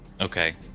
Okay